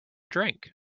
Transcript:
drink